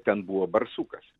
ten buvo barsukas